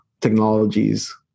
technologies